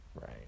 Right